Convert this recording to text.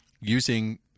using